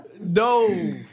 No